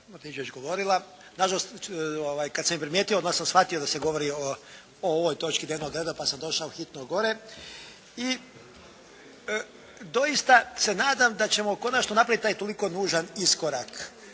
Martinčević govorila. Nažalost kad sam primijetio onda sam shvatio da se govori o ovoj točki dnevnog reda pa sam došao hitno gore. I doista se nadam da ćemo konačno napraviti taj toliko nužan iskorak.